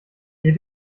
die